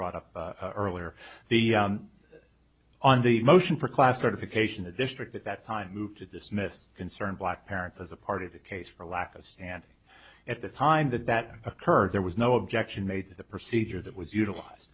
brought up earlier the on the motion for class certification the district at that time moved to dismiss concerned black parents as a part of a case for lack of standing at the time that that occurred there was no objection made to the procedure that was utilize